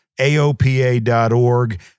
AOPA.org